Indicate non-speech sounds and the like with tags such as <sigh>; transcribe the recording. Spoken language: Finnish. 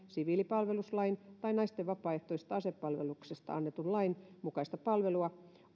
<unintelligible> siviilipalveluslain tai naisten vapaaehtoisesta asepalveluksesta annetun lain mukaista palvelua